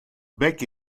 bec